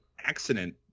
accident